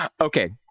Okay